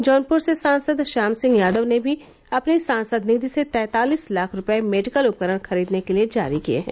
जौनपुर से सांसद श्याम सिंह यादव ने भी अपनी सांसद निधि से तैंतालीस लाख रूपये मेडिकल उपकरण खरीदने के लिए जारी किए हैं